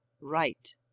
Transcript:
Right